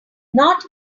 not